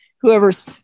whoever's